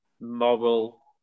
moral